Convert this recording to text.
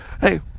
hey